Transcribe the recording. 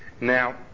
Now